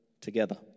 together